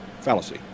fallacy